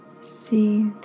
See